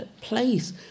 place